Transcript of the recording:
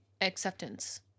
acceptance